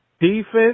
Defense